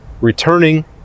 returning